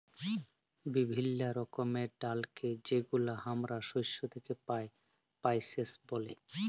বিভিল্য রকমের ডালকে যেগুলা হামরা শস্য থেক্যে পাই, পালসেস ব্যলে